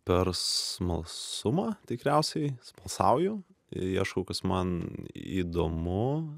per smalsumą tikriausiai smalsauju ieškau kas man įdomu